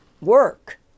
work